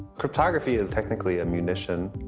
cryptography is technically a munition.